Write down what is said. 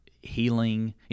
healing